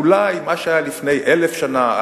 אולי מה שהיה לפני 1,000 שנה,